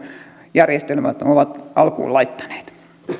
järjestelmän ovat alkuun laittaneet